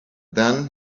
then